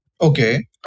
Okay